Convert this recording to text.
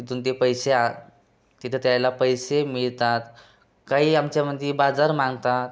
तिथून ते पैसे आ तिथे त्यांना पैसे मिळतात काही आमच्यामध्ये बाजार मागतात